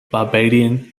barbadian